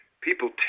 people